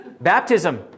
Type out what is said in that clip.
Baptism